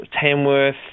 Tamworth